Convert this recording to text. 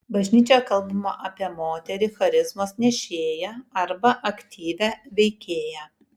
bažnyčioje kalbama apie moterį charizmos nešėją arba aktyvią veikėją